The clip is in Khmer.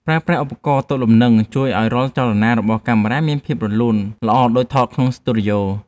ប្រើប្រាស់ឧបករណ៍ទប់លំនឹងជួយឱ្យរាល់ចលនារបស់កាមេរ៉ាមានភាពរលូនល្អដូចថតក្នុងស្ទូឌីយោ។